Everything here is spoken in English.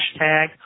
hashtag